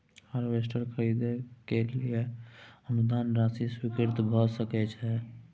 Rotavator खरीदे के लिए अनुदान राशि स्वीकृत भ सकय छैय?